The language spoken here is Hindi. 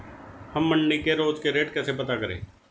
हम मंडी के रोज के रेट कैसे पता करें?